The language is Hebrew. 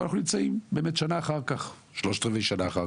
אנחנו באמת נמצאים עכשיו שנה אחר כך או שלושת רבעי שנה אחר כך.